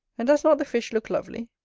and does not the fish look lovely?